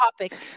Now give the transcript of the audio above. topic